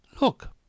Look